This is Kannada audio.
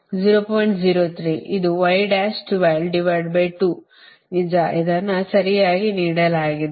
03 ಇದು ನಿಜ ಇದನ್ನು ಸರಿಯಾಗಿ ನೀಡಲಾಗಿದೆ